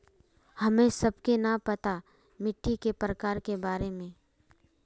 हमें सबके न पता मिट्टी के प्रकार के बारे में?